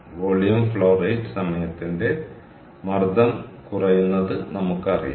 volume flow rate സമയത്തിന്റെ മർദ്ദം കുറയുന്നത് നമുക്ക് അറിയാം